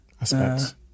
Aspects